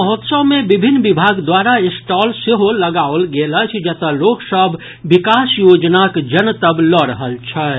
महोत्सव मे विभिन्न विभाग द्वारा स्टॉल सेहो लगाओल गेल अछि जतऽ लोक सभ विकास योजनाक जनतब लऽ रहल छथि